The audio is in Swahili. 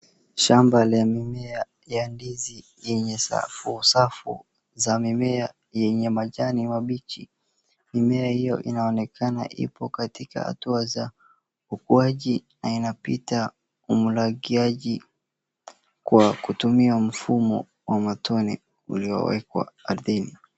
Shamba la mimea ya ndizi lenye safusafu za mimea yenye majani mabichi. Mimea hiyo inaonekana ipo katika hatua za ukuaji na inapita umlakiaji kwa kutumia mfumo wa matone uliowekwa ardhini.